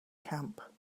camp